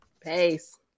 peace